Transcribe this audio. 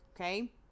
okay